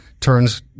turns